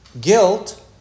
guilt